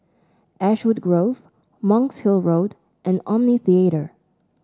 Ashwood Grove Monk's Hill Road and Omni Theatre